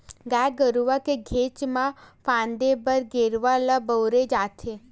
गाय गरुवा के घेंच म फांदे बर गेरवा ल बउरे जाथे